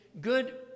good